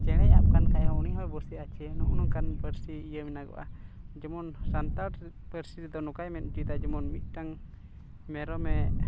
ᱪᱮᱬᱮᱭ ᱟᱵ ᱠᱟᱱ ᱠᱷᱟᱡ ᱦᱚᱸ ᱩᱱᱤ ᱦᱚᱸᱭ ᱵᱳᱥᱮ ᱟᱪᱷᱮ ᱱᱚᱜᱼᱚ ᱱᱚᱝᱠᱟᱱ ᱯᱟᱹᱨᱥᱤ ᱤᱭᱟᱹ ᱢᱮᱱᱟᱜᱼᱟ ᱡᱮᱢᱚᱱ ᱥᱟᱱᱛᱟᱲ ᱯᱟᱹᱨᱥᱤ ᱨᱮᱫᱚ ᱱᱚᱝᱠᱟᱭ ᱢᱮᱱ ᱚᱪᱚᱭᱮᱫᱟ ᱡᱮᱢᱚᱱ ᱢᱤᱫᱴᱟᱝ ᱢᱮᱨᱚᱢᱮ